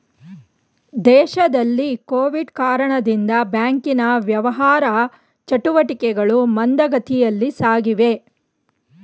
ದೇಶದಲ್ಲಿ ಕೊವಿಡ್ ಕಾರಣದಿಂದ ಬ್ಯಾಂಕಿನ ವ್ಯವಹಾರ ಚಟುಟಿಕೆಗಳು ಮಂದಗತಿಯಲ್ಲಿ ಸಾಗಿವೆ